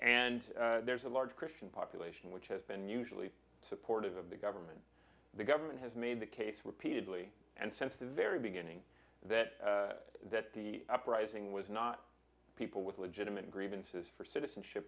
and there's a large christian population which has been usually supportive of the government the government has made the case repeatedly and since the very beginning that that the uprising was not people with legitimate grievances for citizenship